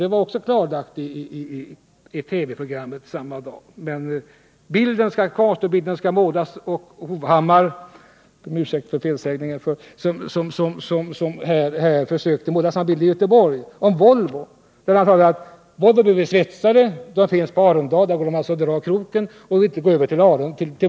Det blev också klarlagt i TV-programmet samma dag, men bilden skall kvarstå, bilden skall målas, och herr Hovhammar-— jag ber om ursäkt för felsägningen nyss — försökte måla samma bild avseende Göteborg och Volvo. Han sade: Volvo behöver svetsare, de finns på Arendal. Där går de alltså och drar kroken och vill inte gå över till Volvo.